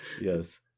Yes